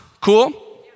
Cool